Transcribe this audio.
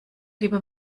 lieber